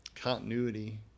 Continuity